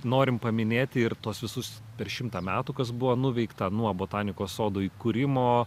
norim paminėti ir tuos visus per šimtą metų kas buvo nuveikta nuo botanikos sodo įkūrimo